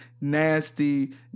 nasty